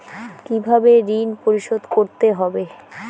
কিভাবে ঋণ পরিশোধ করতে হবে?